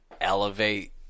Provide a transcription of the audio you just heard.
elevate